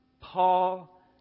Paul